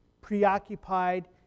preoccupied